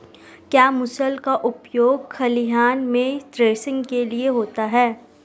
क्या मूसल का उपयोग खलिहान में थ्रेसिंग के लिए होता है?